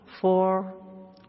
four